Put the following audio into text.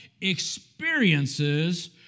experiences